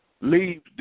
leave